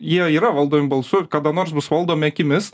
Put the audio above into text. jie yra valdomi balsu kada nors bus valdomi akimis